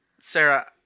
Sarah